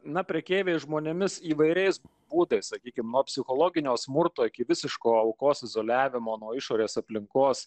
na prekeiviai žmonėmis įvairiais būdais sakykime nuo psichologinio smurto iki visiško aukos izoliavimo nuo išorės aplinkos